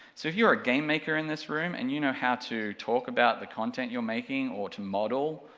so if you're a game maker in this room, and you know how to talk about the content you're making or to model,